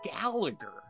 Gallagher